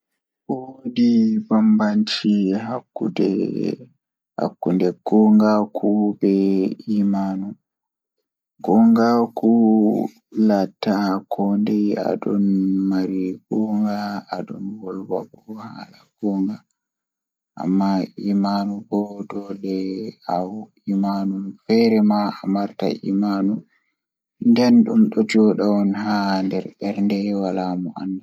Woodi bambanci hakkunde Gongaaku be imaanu Ee, miɗo yiɗi koɓe trust e faith ko laawolji toowɗi, kono ko saɗɗa. Trust ko laawol ngam gollal ɗiɗo e joɓɓe, e faith ko laawol ngam waɗde kadi njangde waɗtude yimɓe, kaɗi ko njanguɗi.